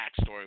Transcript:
backstory